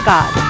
God